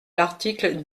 l’article